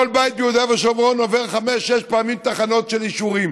כל בית ביהודה ושומרון עובר חמש-שש פעמים תחנות של אישורים,